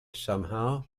somehow